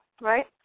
right